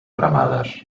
cremades